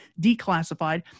declassified